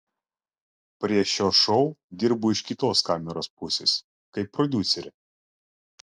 prie šio šou dirbu iš kitos kameros pusės kaip prodiuserė